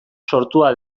sortua